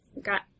got